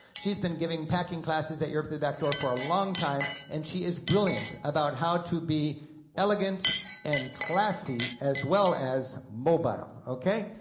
she's been giving packing classes at europe through the back door for a long time, and she is brilliant about how to be elegant and classy, as well as mobile, okay.